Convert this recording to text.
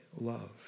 love